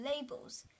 labels